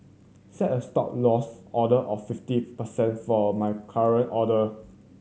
set a Stop Loss order of fifty percent for my current order